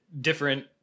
different